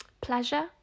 pleasure